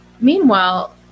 Meanwhile